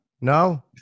No